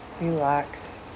Relax